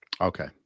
Okay